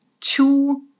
two